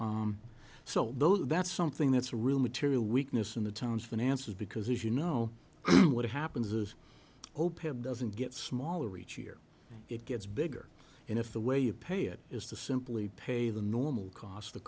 though that's something that's a real material weakness in the town's finances because you know what happens is hope it doesn't get smaller each year it gets bigger and if the way you pay it is to simply pay the normal cost